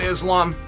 Islam